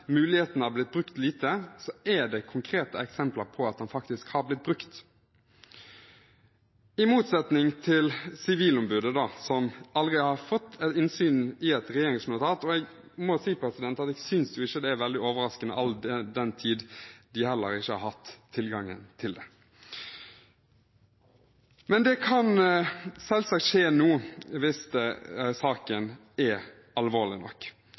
muligheten har blitt brukt lite, er det konkrete eksempler på at den faktisk har blitt brukt – i motsetning til Sivilombudet, som aldri har fått innsyn i et regjeringsnotat. Jeg må si at jeg synes ikke det er veldig overraskende, all den tid de heller ikke har hatt tilgangen til det. Men det kan selvsagt skje nå hvis saken er alvorlig nok,